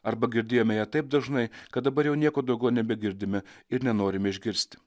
arba girdėjome ją taip dažnai kad dabar jau nieko daugiau nebegirdime ir nenorime išgirsti